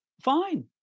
Fine